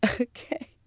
Okay